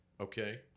Okay